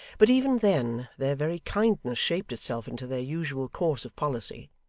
but even then, their very kindness shaped itself into their usual course of policy,